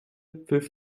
pfiff